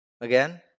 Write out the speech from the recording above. again